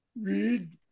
Read